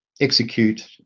execute